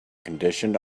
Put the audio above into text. conditioned